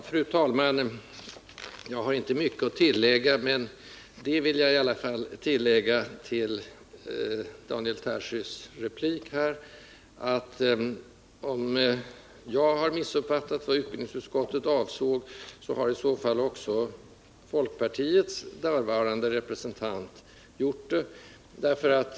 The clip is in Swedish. Fru talman! Jag har inte mycket att tillägga, men jag vill ändå till Daniel Tarschys replik foga den kommentaren att om jag har missuppfattat vad utbildningsutskottet avsåg har i så fall också folkpartiets därvarande representant gjort det.